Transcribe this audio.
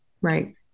Right